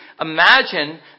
imagine